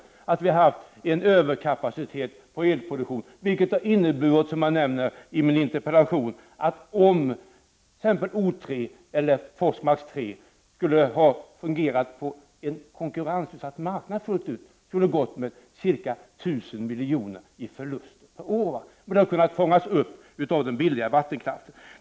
Jag nämner i min interpellation att vi har en överkapacitet inom elproduktionen av sådan storlek att om t.ex. O 3 eller Forsmark 3 skulle ha fungerat på en fullt ut konkurrensutsatt marknad, skulle dessa reaktorer ha gått med en förlust på ca 1000 milj.kr. per år, som kunde ha fångats upp av den billiga vattenkraften.